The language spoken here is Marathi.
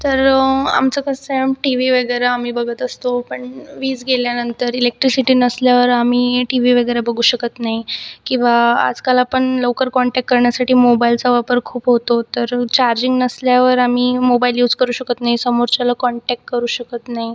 तर आमचं कसं आहे टी व्ही वगैरे आम्ही बघत असतो पण वीज गेल्यानंतर इलेक्ट्रिसिटी नसल्यावर आम्ही टी व्ही वगैरे बघू शकत नाही किंवा आजकाल आपण लवकर कॉन्टॅक्ट करण्यासाठी मोबाईलचा वापर खूप होतो तर चार्जिंग नसल्यावर आम्ही मोबाईल यूस करू शकत नाही समोरच्याला कॉन्टॅक् करू शकत नाही